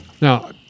Now